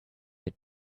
had